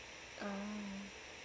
ah